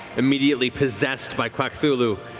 immediately possessed by quackthulhu,